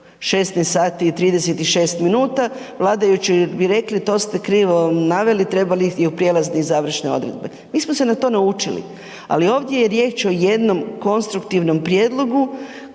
16 sati i 36 minuta, vladajući bi rekli to ste krivo naveli, trebale bi biti prijelazne i završne odredbe, mi smo se na to naučili. Ali ovdje je riječ o jednom konstruktivnom prijedlogu